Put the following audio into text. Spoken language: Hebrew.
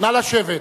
נא לשבת,